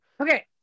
okay